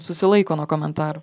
susilaiko nuo komentarų